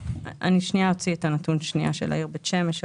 שנייה אוציא את הנתון של העיר בית שמש,